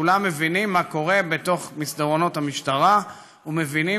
כשכולם מבינים מה קורה במסדרונות המשטרה ומבינים